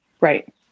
Right